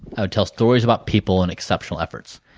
i would tell stories about people and exceptional efforts.